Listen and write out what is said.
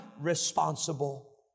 responsible